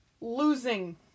Losing